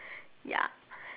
ya